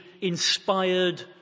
inspired